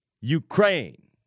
Ukraine